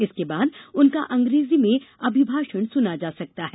इसके बाद उनका अंग्रेजी में अभिभाषण सुना जा सकता है